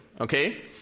Okay